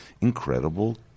incredible